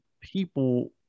people